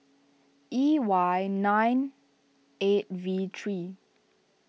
E Y nine eight V three